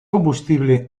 combustible